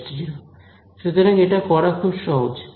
সুতরাং এটা করা খুব সহজ